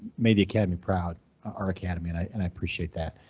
made the academy proud our academy and i and i appreciate that.